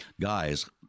guys